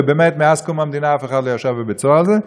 ובאמת מאז קום המדינה אף אחד לא ישב בבית-סוהר על זה,